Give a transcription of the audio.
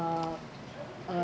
uh uh